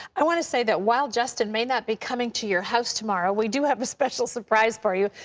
i want to say that while justin may not be coming to your house tomorrow, we do have a special surprise for you.